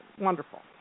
wonderful